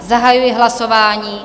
Zahajuji hlasování.